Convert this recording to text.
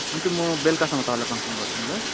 हुन्छ मो बेल्कासम्म तपाईँलाई कन्फर्म गर्छु नि ल